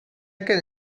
can